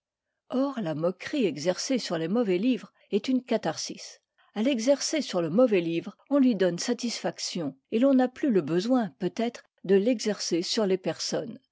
or la moquerie exercée sur les mauvais livres est une catharsis à l'exercer sur le mauvais livre on lui donne satisfaction et l'on n'a plus le besoin peut-être de l'exercer sur les personnes